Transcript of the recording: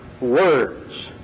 words